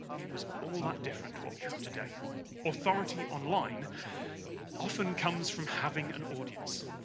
it was all that different to what we have today authority online often comes from having an audience.